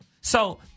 So-